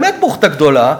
באמת בוחטה גדולה.